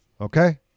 okay